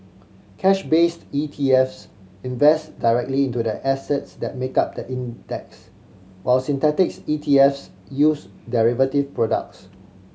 cash based ETFs invest directly into the assets that make up the index while synthetic ETFs use derivative products